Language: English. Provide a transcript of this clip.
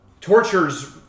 tortures